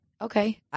Okay